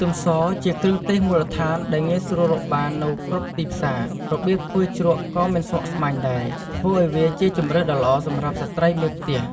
ខ្ទឹមសជាគ្រឿងទេសមូលដ្ឋានដែលងាយស្រួលរកបាននៅគ្រប់ទីផ្សារ របៀបធ្វើជ្រក់ក៏មិនស្មុគស្មាញដែរ ធ្វើឱ្យវាជាជម្រើសដ៏ល្អសម្រាប់ស្ត្រីមេផ្ទះ។